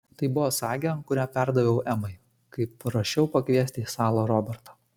tai buvo sagė kurią perdaviau emai kai prašiau pakviesti į salą robertą